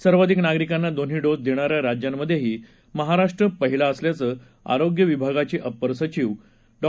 सर्वाधिक नागरिकांना दोन्ही डोस देणाऱ्या राज्यांमध्येही महाराष्ट्र पहिला असल्याचं आरोग्य विभागाचे अपर मुख्य सचिव डॉ